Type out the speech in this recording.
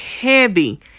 heavy